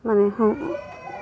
মানে সং